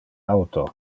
auto